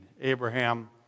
Abraham